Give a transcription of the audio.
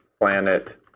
planet